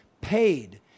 paid